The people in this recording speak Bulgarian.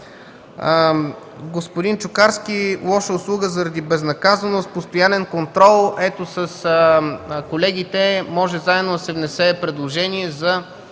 Господин Чукарски – лоша услуга за безнаказаност, постоянен контрол. С колегите може заедно да се внесе предложение за